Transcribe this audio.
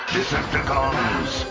Decepticons